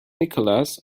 nicholas